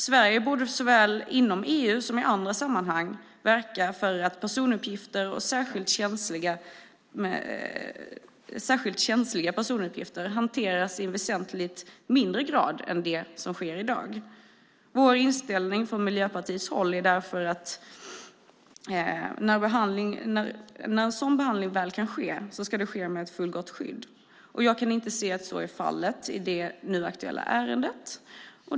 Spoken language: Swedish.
Sverige borde såväl inom EU som i andra sammanhang verka för att personuppgifter, särskilt känsliga personuppgifter, hanteras i väsentligt lägre grad än som sker i dag. Miljöpartiets inställning är därför att när sådan behandling väl kan ske ska det vara med fullgott skydd. Jag kan inte se att så är fallet i det nu aktuella ärendet.